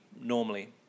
normally